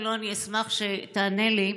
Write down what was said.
אם לא, אני אשמח שתענה לי.